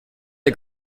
der